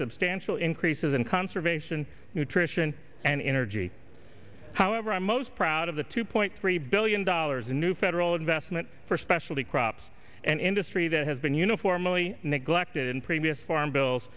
substantial increases in conservation nutrition and energy however i'm most proud of the two point three billion dollars in new federal investment for specialty crops an industry that has been uniformly neglected in previous farm bills